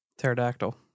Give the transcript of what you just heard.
Pterodactyl